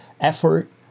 effort